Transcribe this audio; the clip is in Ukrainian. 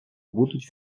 будуть